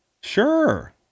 sure